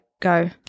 go